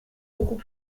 beaucoup